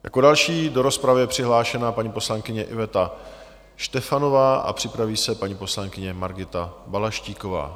Jako další do rozpravy je přihlášena paní poslankyně Iveta Štefanová a připraví se paní poslankyně Margita Balaštíková.